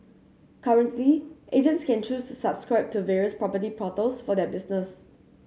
currently agents can choose to subscribe to various property portals for their business